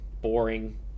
boring